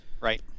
right